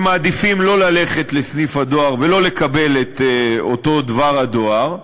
הם מעדיפים שלא ללכת לסניף הדואר ולא לקבל את אותו דבר הדואר,